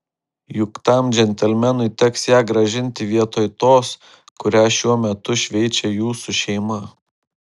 juk tam džentelmenui teks ją grąžinti vietoj tos kurią šiuo metu šveičia jūsų šeima